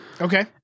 Okay